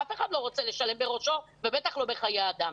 אף אחד לא רוצה לשלם בראשו ובטח לא בחיי אדם,